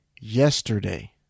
yesterday